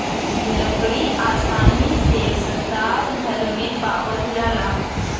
लकड़ी आसानी से संसार भर में पावाल जाला